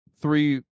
three